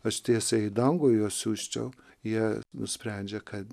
aš tiesiai į dangų juo siųsčiau jie nusprendžia kad